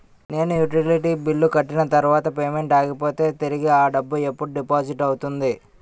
నేను utility bill కట్టిన తర్వాత పేమెంట్ ఆగిపోతే తిరిగి అ డబ్బు ఎప్పుడు డిపాజిట్ అవుతుంది?